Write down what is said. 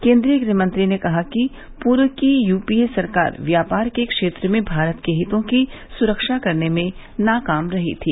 केन्द्रीय गृह मंत्री ने कहा कि पूर्व की यू पी ए सरकार व्यापार के क्षेत्र में भारत के हितो की सुरक्षा करने में नाकाम रही थी